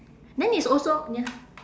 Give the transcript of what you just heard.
then it's also ya